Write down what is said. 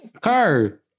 car